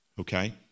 Okay